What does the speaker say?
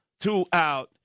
throughout